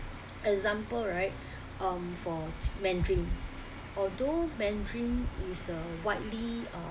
example right um for mandarin although mandarin is a widely uh